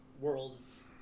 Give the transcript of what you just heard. world's